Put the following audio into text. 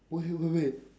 wait wait wait wait